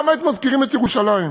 למה מזכירים את ירושלים?